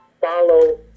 follow